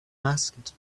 asked